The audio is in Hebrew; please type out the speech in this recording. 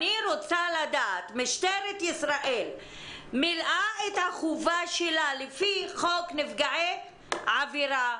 אני רוצה לדעת משטרת ישראל מילאה את החובה שלה לפי חוק נפגעי עבירה?